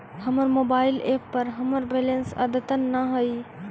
हमर mobile app पर हमर बैलेंस अद्यतन ना हई